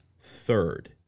third